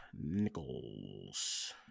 Nichols